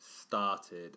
started